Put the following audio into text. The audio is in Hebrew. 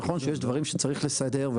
נכון שיש דברים שצריך לסדר,